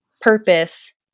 purpose